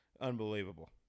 unbelievable